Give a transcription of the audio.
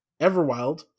Everwild